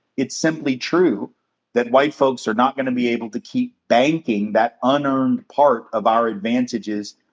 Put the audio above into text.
it's simply true that white folks are not gonna be able to keep banking that unearned part of our advantages,